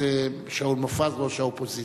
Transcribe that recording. שאול מופז, ראש האופוזיציה.